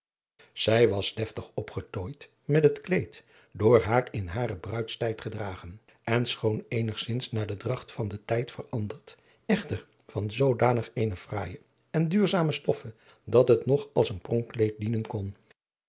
zij was deftig opgetooid met het kleed door haar in haren bruidstijd gedragen en schoon eenigzins naar de dragt van den tijd veranderd echter van zoodanig eene fraaije en duurzame stoffe dat het nog als een pronkkleed dienen kon